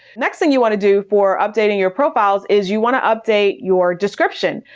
next thing you want to do for updating your profiles is you want to update your description.